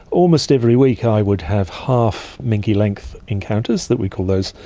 almost every week i would have half minke-length encounters that we called those,